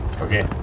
Okay